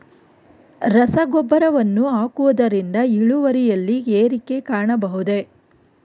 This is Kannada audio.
ರಸಗೊಬ್ಬರವನ್ನು ಹಾಕುವುದರಿಂದ ಇಳುವರಿಯಲ್ಲಿ ಏರಿಕೆ ಕಾಣಬಹುದೇ?